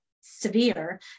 severe